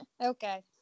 Okay